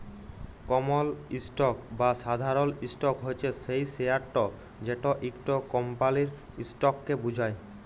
কমল stock বা সাধারল stock হছে সেই শেয়ারট যেট ইকট কমপালির ইসটককে বুঝায়